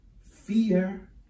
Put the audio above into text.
fear